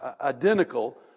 identical